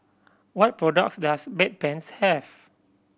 what products does Bedpans have